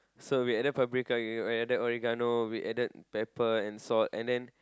so we added paprika we added oregano we added pepper and salt and then